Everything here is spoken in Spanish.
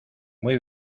muy